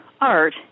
art